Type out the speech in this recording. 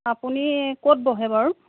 আপুনি ক'ত বহে বাৰু